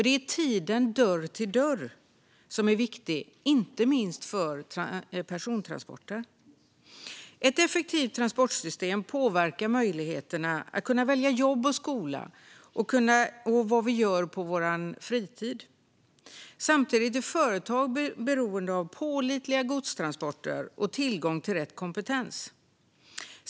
Det är tiden dörr till dörr som är viktig, inte minst för persontransporter. Ett effektivt transportsystem påverkar möjligheterna att välja jobb och skola och vad vi gör på vår fritid. Samtidigt är företag beroende av pålitliga godstransporter och tillgång till rätt kompetens.